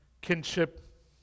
kinship